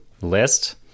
list